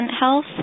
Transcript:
health